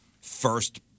first